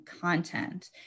content